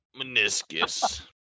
meniscus